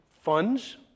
funds